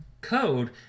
code